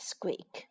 Squeak